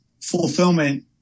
fulfillment